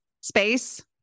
Space